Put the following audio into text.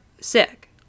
sick